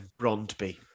Brondby